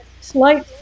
slight